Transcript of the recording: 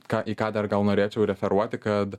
ką į ką dar gal norėčiau referuoti kad